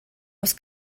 was